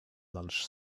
lunch